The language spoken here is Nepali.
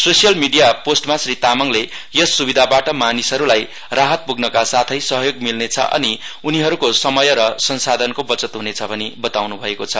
सोस्यल मिडिया पोस्टमा श्री तामाङले यस स्विधाबाट मानिसहरूलाई राहत पुग्नका साथै सहयोग मिल्नेछ अनि उनीहरूको समय र संसाधनको बचत हुनेछ भनी बताउनुभएको छ